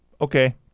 Okay